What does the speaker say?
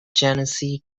genesee